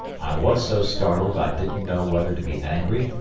i was so startled i didn't know whether to be angry,